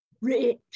rich